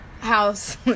house